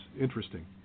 interesting